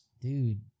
Dude